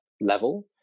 level